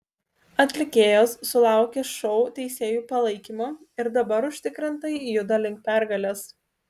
atlikėjos sulaukė šou teisėjų palaikymo ir dabar užtikrintai juda link pergalės